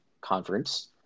conference